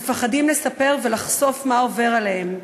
מפחדים לספר ולחשוף מה עובר עליהם.